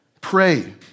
Pray